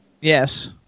Yes